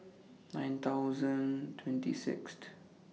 nine thousand twenty Sixth